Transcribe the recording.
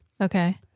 Okay